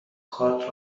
کارت